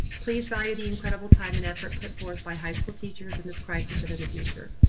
please value the incredible time and effort put forth by high school teachers in this crisis. it in the future.